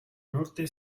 norte